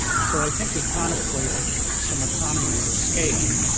so i think we contemplated some economies of scale.